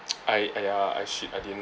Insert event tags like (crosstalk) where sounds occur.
(noise) I !aiya! I shit I didn't know